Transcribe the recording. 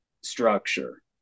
structure